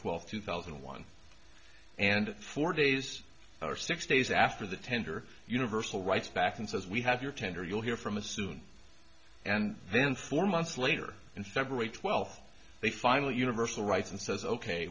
twelve two thousand and one and four days or six days after the tender universal rights back and says we have your tender you'll hear from a soon and then four months later in february twelfth they finally universal rights and says ok